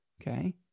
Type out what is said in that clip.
Okay